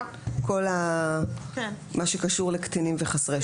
כל מה שקשור לקטינים וחסרי ישע.